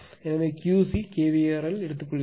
எனவே QC kVAr இல் எடுத்துக் கொள்கிறோம்